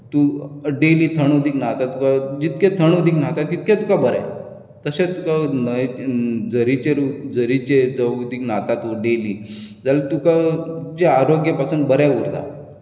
तूं डेली थंड उदीक न्हावतां जितके थंड उदीक न्हातां तितके तुका बरें तशेंच जांव झरीचे झरीचे जाव उदीक तूं न्हातां डेली जाल्यार तुका तुजे आरोग्य पासून बरे उरतां